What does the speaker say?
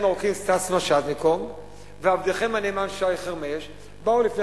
ארוכים סטס מיסז'ניקוב ועבדכם הנאמן שי חרמש באו לפני